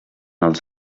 els